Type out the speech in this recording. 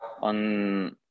on